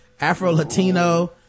afro-latino